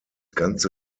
ganze